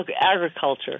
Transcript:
agriculture